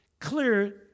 clear